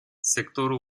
sectorul